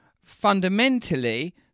fundamentally